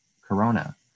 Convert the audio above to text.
corona